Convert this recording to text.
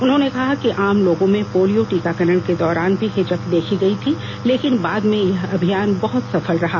उन्होंने कहा कि आम लोगों में पोलियो टीकाकरण के दौरान भी हिचक देखी गई थी लेकिन बाद में यह अभियान बहुत सफल रहा